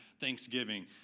Thanksgiving